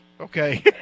Okay